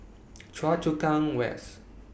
Choa Chu Kang West